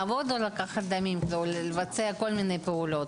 לעבוד או לקחת דמים או לבצע כל מיני פעולות?